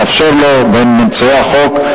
נאפשר לו, הוא בין מציעי החוק.